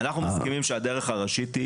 אנחנו מסכימים שהדרך הראשית היא